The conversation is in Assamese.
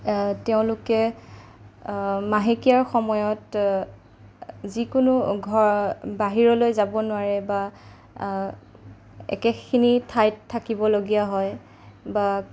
তেওঁলোকে মাহেকীয়াৰ সময়ত যিকোনো ঘৰৰ বাহিৰলৈ যাব নোৱাৰে বা একেখিনি ঠাইত থাকিবলগীয়া হয় বা